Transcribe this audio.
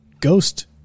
ghost